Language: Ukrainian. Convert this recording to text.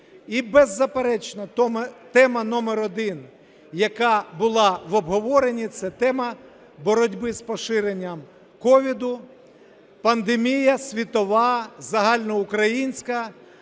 І, беззаперечно, тема номер один, яка була в обговоренні, це тема боротьби з поширенням COVID, пандемія світова, загальноукраїнська,